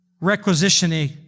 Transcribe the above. requisitioning